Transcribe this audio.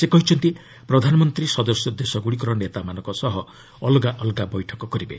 ସେ କହିଛନ୍ତି ପ୍ରଧାନମନ୍ତ୍ରୀ ସଦସ୍ୟ ଦେଶଗୁଡ଼ିକର ନେତାମାନଙ୍କ ସହ ଅଲଗା ଅଲଗା ବୈଠକ କରିବେ